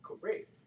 correct